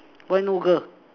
why no girl